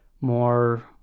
more